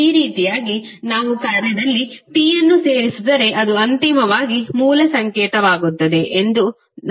ಈ ರೀತಿಯಾಗಿ ನಾವು ಕಾರ್ಯದಲ್ಲಿ T ಅನ್ನು ಸೇರಿಸಿದರೆ ಅದು ಅಂತಿಮವಾಗಿ ಮೂಲ ಸಂಕೇತವಾಗುತ್ತದೆ ಎಂದು ನಾವು ಹೇಳಬಹುದು